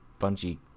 Bungie